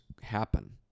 happen